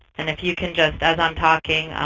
and if you can just, as i'm talking,